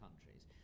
countries